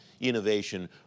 innovation